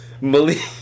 Malik